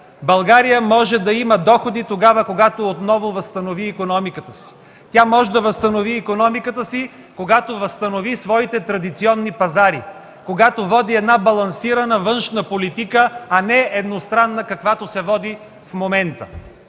България може да има доходи тогава, когато отново възстанови икономиката си. Тя може да възстанови икономиката си, когато възстанови своите традиционни пазари, когато води една балансирана външна политика, а не едностранна, каквато се води в момента.